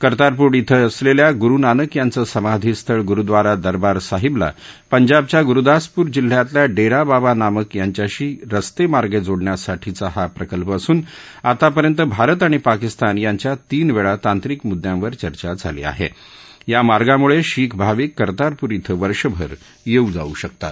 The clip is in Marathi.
कर्तारपूर डिं असलख्खा गुरु नानक यांचं समाधीस्थळ गुरुद्वारा दरबार साहिबला पंजाबच्या गुरुदासपूर जिल्ह्यातल्या डप्तबाबा नानक यांच्याशी रस्तप्रीें जोडण्यासाठीचा हा प्रकल्प असून आतापर्यंत भारत आणि पाकिस्तान यांच्यात तीन वळी तांत्रिक मुद्यांवर चर्चा झाली आहा या मार्गामुळशीख भाविक कर्तारपूर शि वर्षभर यस्त्रि जाऊ शकतात